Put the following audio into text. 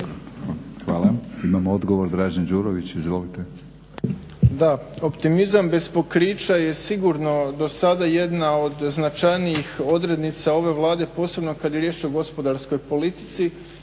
Hvala. Imamo odgovor, Dražen Đurović. Izvolite. **Đurović, Dražen (HDSSB)** Da, optimizam bez pokrića je sigurno do sada jedna od značajnijih odrednica ove Vlade, posebno kad je riječ o gospodarskoj politici